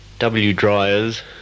W-dryers